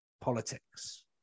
politics